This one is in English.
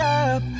up